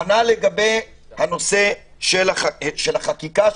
כנ"ל לגבי הנושא של החקיקה,